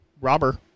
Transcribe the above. robber